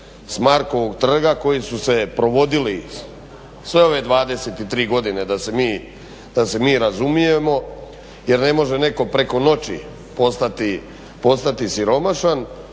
s Markovog trga koje su se provodile sve ove 23 godine da se mi razumijemo jer ne može netko preko noći postati siromašan,